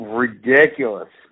ridiculous